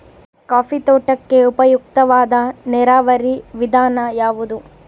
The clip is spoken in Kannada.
ಕಾಫಿ ತೋಟಕ್ಕೆ ಉಪಯುಕ್ತವಾದ ನೇರಾವರಿ ವಿಧಾನ ಯಾವುದು?